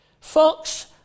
Fox